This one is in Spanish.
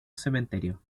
cementerio